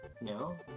No